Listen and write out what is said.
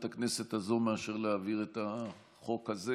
הכנסת הזאת מאשר להעביר את החוק הזה.